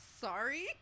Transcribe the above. sorry